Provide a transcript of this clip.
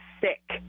sick